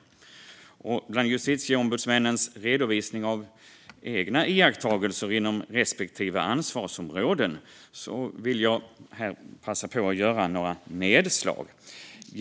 Jag vill också passa på att göra några nedslag i justitieombudsmännens redovisning av egna iakttagelser inom respektive ansvarsområde.